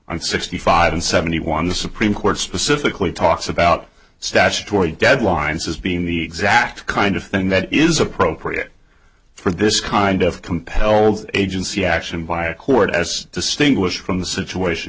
i'm sixty five and seventy one the supreme court specifically talks about statutory deadlines as being the exact kind of thing that is appropriate for this kind of compelled agency action by a court as distinguished from the situation